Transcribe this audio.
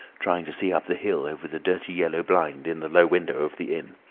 trying to see up the hill over the dirty yellow blind in the low window of the inn.